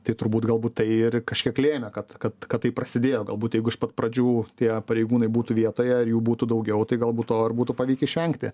tai turbūt galbūt tai ir kažkiek lėmė kad kad kad tai prasidėjo galbūt jeigu iš pat pradžių tie pareigūnai būtų vietoje ir jų būtų daugiau tai galbūt to ir būtų pavykę išvengti